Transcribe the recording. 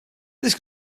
this